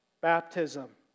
baptism